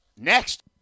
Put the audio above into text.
next